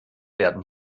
werden